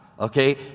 okay